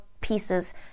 pieces